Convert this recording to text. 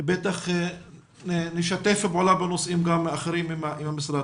בטח נשתף פעולה גם בנושאים אחרים עם המשרד.